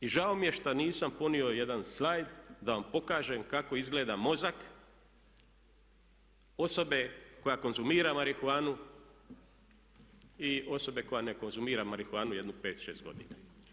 I žao mi je što nisam ponio jedan slajd da vam pokažem kako izgleda mozak osobe koja konzumira marihuanu i osobe koja ne konzumira marihuanu jedno 5, 6 godina.